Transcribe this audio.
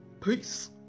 Peace